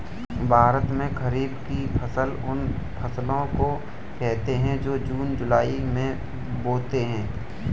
भारत में खरीफ की फसल उन फसलों को कहते है जो जून जुलाई में बोते है